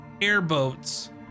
airboats